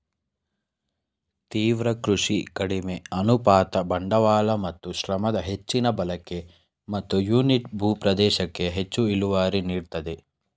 ತೀವ್ರ ಕೃಷಿ ಕಡಿಮೆ ಅನುಪಾತ ಬಂಡವಾಳ ಮತ್ತು ಶ್ರಮದ ಹೆಚ್ಚಿನ ಬಳಕೆ ಮತ್ತು ಯೂನಿಟ್ ಭೂ ಪ್ರದೇಶಕ್ಕೆ ಹೆಚ್ಚು ಇಳುವರಿ ನೀಡ್ತದೆ